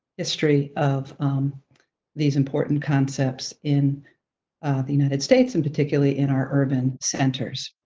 history of these important concepts in the united states, and particularly in our urban centers.